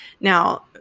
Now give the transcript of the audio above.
Now